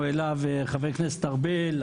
אליו חבר הכנסת ארבל,